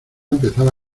empezaba